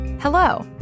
Hello